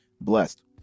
blessed